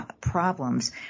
problems